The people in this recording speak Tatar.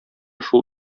шул